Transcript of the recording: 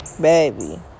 baby